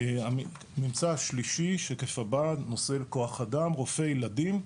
הממצא השלישי שקף הבא נושא כוח אדם רופאי ילדים.